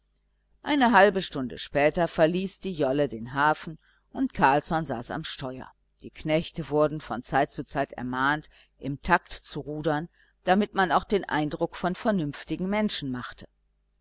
eine halbe stunde später verließ die jolle den hafen und carlsson saß am steuer die knechte wurden von zeit zu zeit ermahnt im takt zu rudern damit man auch den eindruck von vernünftigen menschen mache